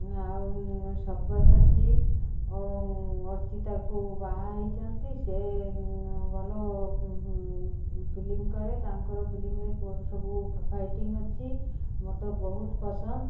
ଆଉ ସବ୍ୟସାଚୀ ଓ ଅର୍ଚିତାକୁ ବାହା ହେଇଛନ୍ତି ସେ ଭଲ ଫିଲ୍ମ କରେ ତାଙ୍କର ଫିଲ୍ମରେ ସବୁ ଫାଇଟିଙ୍ଗ ଅଛି ମୋତେ ବହୁତ ପସନ୍ଦ